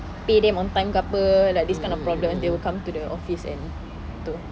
pay them on time ke apa like this kind of problem they will come to the office and tu